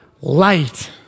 light